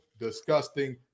disgusting